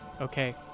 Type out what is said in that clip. okay